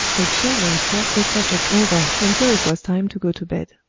the children talked the subject over until it was time to go to bed.